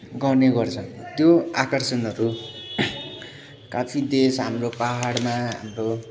गर्ने गर्छ त्यो आकर्षणहरू काफी देश हाम्रो पाहाडमा हाम्रो